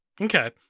Okay